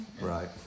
Right